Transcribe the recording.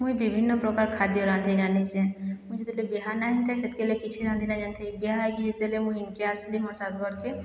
ମୁଇଁ ବିଭିନ୍ନ ପ୍ରକାର ଖାଦ୍ୟ ରାନ୍ଧି ଜାନିଛେଁ ମୁଁ ଯେତେବେଲେ ବିହା ନାହିଁ ହୋଇଥାଏ ସେତିକିବେଲେ କିଛି ରାନ୍ଧି ନାଇଁ ଜାନିଥାଏ ବିହା ହୋଇକି ଯେତେବେଲେ ମୁଇଁ ଇନ୍କେ ଆସିଲି ମୋ ଶାଶୁ ଘର୍କେ